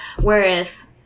whereas